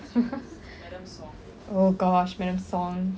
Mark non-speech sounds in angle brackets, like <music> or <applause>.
<laughs> oh gosh madam song